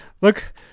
Look